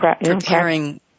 preparing